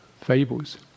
fables